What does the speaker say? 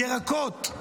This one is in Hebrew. ירקות,